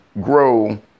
grow